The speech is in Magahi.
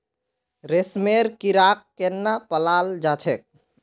रेशमेर कीड़ाक केनना पलाल जा छेक